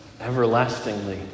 everlastingly